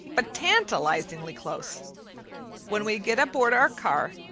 but tantalizingly close when we get aboard our car,